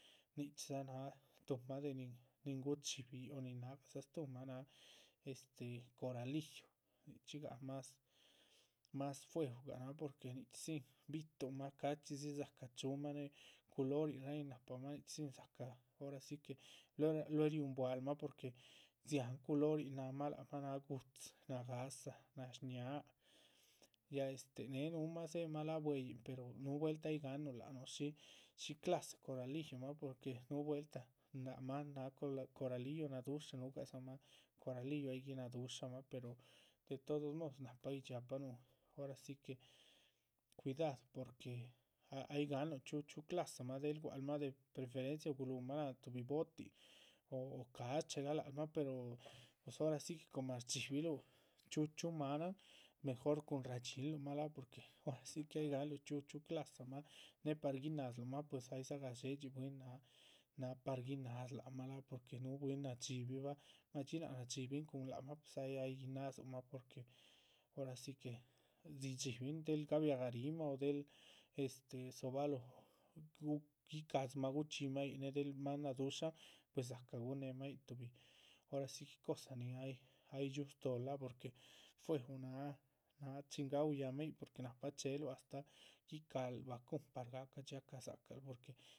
Nichxí dza náha tuhma de nin nin guchibi yíc nin nágahdza stuhumah náha este coralillo, nichxí gah más más fuehugah náha porque nichxí dzín bi´tuhn mah. ca´chxídzi dzácah chúhumah née culorinra nin nahpamah nichxí dzín dzácah ora si que lue lue riúhnbualmah porque dziáhan culorin náhamah lác mah náha gu´dzi, nagáa. nashñáaha, ya este néeh núhumah dzémah la´bueyin pero núhu vueltah ay gáhanuh lac nuh shí shí clase coralillomah porque núhu vueltah lác mah náha coralillo nadúsha. núhugadzamah coralillo aygui nadúshamah pero de todos modos nahá guidxiápanuh ora si que cuidadu porque ay gahanuh chxíu clasamah del gua´cl mah de preferencia guluhmah. láhan tuhbi botin o o cásh chéhegalal mah pero pues ora si que coma shdxíbiluh chxíu chxíu máanan mejor cuhun radxínluhmah láa porque ora si que ay gahanluh. chxíu chxíu clasa ma, née par guinazluhmah pues aydza gadxédxi bwín náha par guináz lác mah láha porque núhu bwín nadxíbihbah madxí náac nadxíbihin cun lac mah. pues ay ay ginádzuhunmah porque ora si que dzidxíbihin del gabiagarihmah o del este dzobalóho gu gicadzimah guchxímah yíc, née del máhan nadúshan pues dzácah gúhun. néemah yíc tuhbi ora si que cosa nin ay dxiúh stóol lác porque fuehu náha chin gaú yámah yíc, porque nahpa chéheluh astáh guicáhal vacúhun par gahca dxiaca dxácaluh. porque